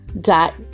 dot